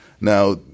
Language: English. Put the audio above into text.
Now